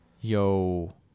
Yo